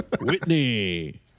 Whitney